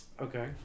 Okay